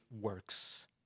works